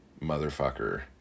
motherfucker